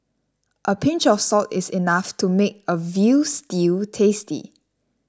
a pinch of salt is enough to make a Veal Stew tasty